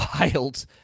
wild